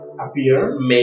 Appear